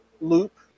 loop